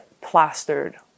plastered